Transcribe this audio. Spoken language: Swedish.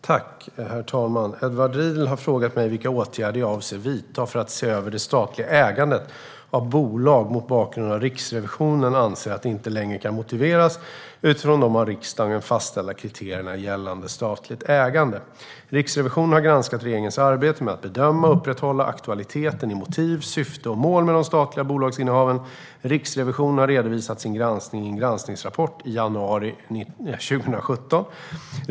Herr talman! Edward Riedl har frågat mig vilka åtgärder jag avser att vidta för att se över det statliga ägandet av bolag mot bakgrund av att Riksrevisionen anser att det inte längre kan motiveras utifrån de av riksdagen fastställda kriterierna gällande statligt ägande. Riksrevisionen har granskat regeringens arbete med att bedöma och upprätthålla aktualiteten i motiv, syfte och mål med de statliga bolagsinnehaven. Riksrevisionen har redovisat sin granskning i en granskningsrapport i januari 2017.